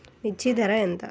మిర్చి ధర ఎంత?